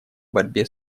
борьбе